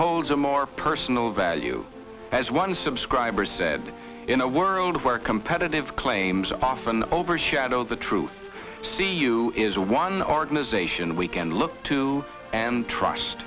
holds a more personal value as one subscriber said in a world where competitive claims often overshadow the truth c u is one organization we can look to and trust